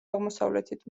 აღმოსავლეთით